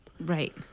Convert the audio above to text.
Right